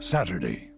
Saturday